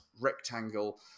rectangle